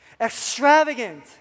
extravagant